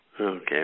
Okay